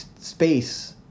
space